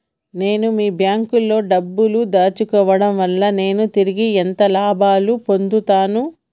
నేను మీ బ్యాంకులో డబ్బు ను దాచుకోవటం వల్ల నేను తిరిగి ఎంత లాభాలు పొందుతాను?